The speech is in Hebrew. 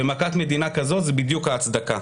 ומכת מדינה כזו זו בדיוק ההצדקה.